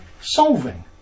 solving